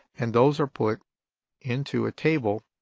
and those are put into a table